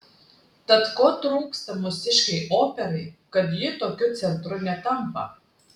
tad ko trūksta mūsiškei operai kad ji tokiu centru netampa